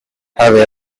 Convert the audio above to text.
have